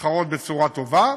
להתחרות בצורה טובה.